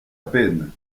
peine